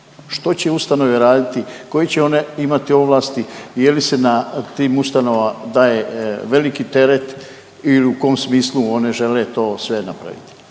Što će ustanove raditi, koje će one imati ovlasti i je li se na tim ustanovama daje veliki teret ili u kom smislu one žele to sve napraviti.